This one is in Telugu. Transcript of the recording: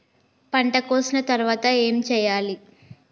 పంట కోసిన తర్వాత ఏం చెయ్యాలి?